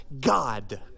God